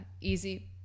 easy